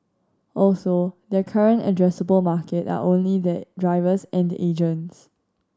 also their current addressable market are only their drivers and agents